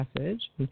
message